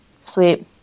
Sweet